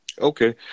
Okay